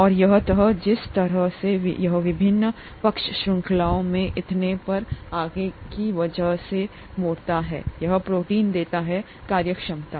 और यह तह जिस तरह से यह विभिन्न पक्ष श्रृंखलाओं और इतने पर आगे की वजह से मोड़ता है वही प्रोटीन देता है कार्यक्षमता